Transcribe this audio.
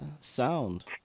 sound